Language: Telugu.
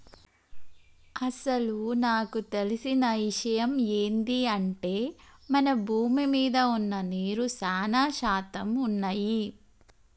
అసలు నాకు తెలిసిన ఇషయమ్ ఏంది అంటే మన భూమి మీద వున్న నీరు సానా శాతం వున్నయ్యి